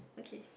okay